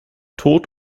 tod